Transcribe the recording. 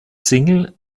single